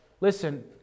listen